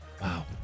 Wow